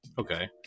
Okay